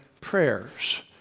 prayers